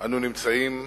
אנו נמצאים